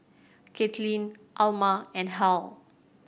Katelyn Alma and Hal